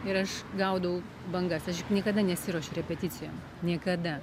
ir aš gaudau bangas aš juk niekada nesiruošiu repeticijom niekada